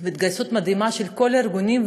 וההתגייסות המדהימה של כל הארגונים,